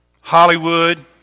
Hollywood